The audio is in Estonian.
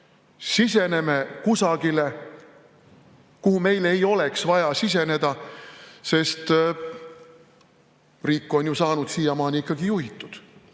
Siseneme kusagile, kuhu meil ei oleks vaja siseneda, sest riik on ju saanud siiamaani ikkagi juhitud.